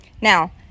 Now